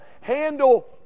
handle